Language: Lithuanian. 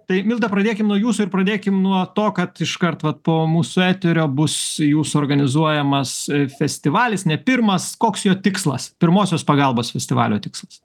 tai milda pradėkim nuo jūsų ir pradėkim nuo to kad iš karto vat po mūsų eterio bus jūsų organizuojamas festivalis ne pirmas koks jo tikslas pirmosios pagalbos festivalio tikslas